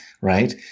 right